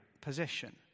position